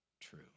true